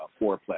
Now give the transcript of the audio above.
fourplex